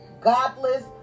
godless